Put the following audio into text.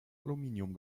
aluminium